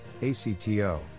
ACTO